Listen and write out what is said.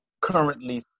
currently